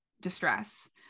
distress